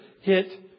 hit